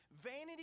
vanity